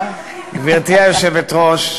גברתי היושבת-ראש,